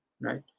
right